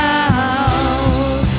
out